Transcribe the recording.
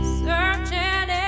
searching